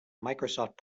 microsoft